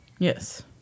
Yes